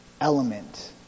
Element